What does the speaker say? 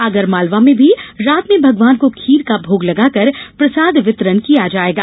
आगर मालवा में भी रात में भगवान को खीर को भोग लगाकर प्रसाद वितरण किया जायेगा